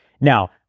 Now